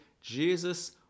Jesus